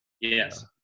Yes